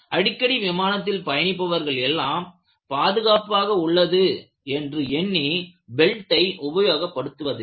அடிக்கடி விமானத்தில் பயணிப்பவர்கள் எல்லாம் பாதுகாப்பாக உள்ளது என்று எண்ணி பெல்டை உபயோகப்படுத்துவதில்லை